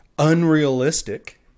unrealistic